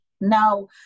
Now